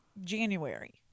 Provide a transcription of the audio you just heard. January